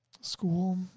school